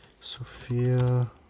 Sophia